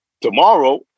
Tomorrow